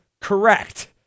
correct